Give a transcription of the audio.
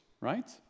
Right